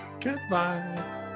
goodbye